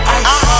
ice